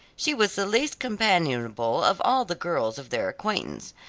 she was the least companionable of all the girls of their acquaintance,